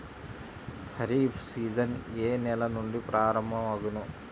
Kharif season ఏ నెల నుండి ప్రారంభం అగును?